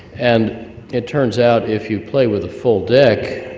and it turns out if you play with a full deck,